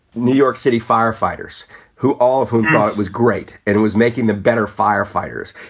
new york city firefighters who all of whom thought it was great and it was making them better, firefighters,